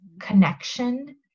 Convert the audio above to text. connection